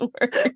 work